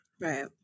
Right